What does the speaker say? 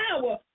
power